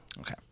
Okay